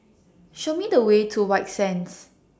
Show Me The Way to White Sands